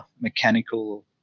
mechanical